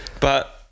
But-